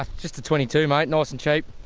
ah just a. twenty two mate, nice and cheap.